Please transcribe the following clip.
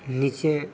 नीचे